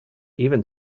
even